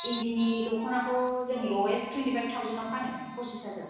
इन्दिनि दख'नाखौ जोङो लवेस्ट टुयेन्टि फाइब थावजेनाव फानो फसिस हाजार